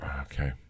Okay